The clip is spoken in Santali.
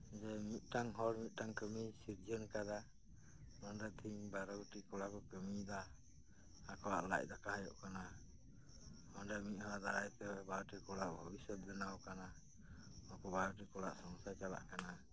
ᱡᱮ ᱢᱤᱜᱴᱟᱝ ᱦᱚᱲ ᱢᱤᱜᱴᱟᱝ ᱠᱟᱢᱤ ᱥᱤᱨᱡᱚᱱ ᱠᱟᱫᱟ ᱚᱸᱰᱮ ᱛᱤᱦᱤᱧ ᱵᱟᱨᱚᱴᱤ ᱠᱚᱲᱟ ᱠᱚ ᱠᱟᱢᱤᱭᱫᱟ ᱟᱠᱚᱣᱟᱜ ᱞᱟᱡ ᱫᱟᱠᱟ ᱦᱩᱭᱩᱜ ᱠᱟᱱᱟ ᱚᱸᱰᱮ ᱢᱤᱜ ᱦᱚᱲ ᱫᱟᱨᱟᱭ ᱛᱮ ᱵᱟᱨᱚᱴᱤ ᱠᱚᱲᱟᱣᱟᱜ ᱵᱷᱚᱵᱤᱥᱥᱚᱛ ᱵᱮᱱᱟᱣ ᱠᱟᱱᱟ ᱩᱱᱠᱩ ᱵᱟᱨᱚᱴᱤ ᱠᱚᱲᱟᱣᱟᱜ ᱥᱚᱝᱥᱟᱨ ᱪᱟᱞᱟᱜ ᱠᱟᱱᱟ